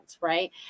Right